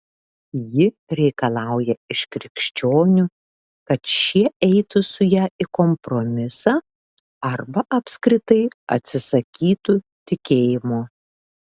ji reikalauja iš krikščionių kad šie eitų su ja į kompromisą arba apskritai atsisakytų tikėjimo